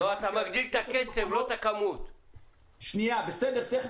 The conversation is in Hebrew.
אתה מגדיל את הקצב, לא את הכמות.